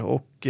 Och